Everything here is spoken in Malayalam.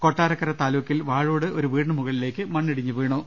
കൊട്ടാരക്കര താലൂക്കിൽ വാഴോട് ഒരു വീടിനു മുകളിലേക്ക് മണ്ണിടിഞ്ഞു വീണു